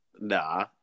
Nah